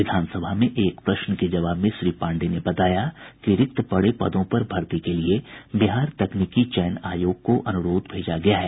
विधानसभा में एक प्रश्न के जवाब में श्री पांडेय ने बताया कि रिक्त पड़े पदों पर भर्ती के लिए बिहार तकनीकी चयन आयोग को अनुरोध भेजा गया है